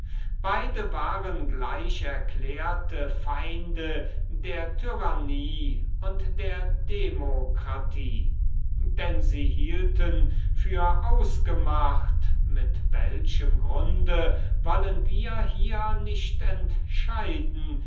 beide waren gleich erklärte feinde der tyrannie und der demokratie von denen sie mit welchem grunde wollen wir hier nicht entscheiden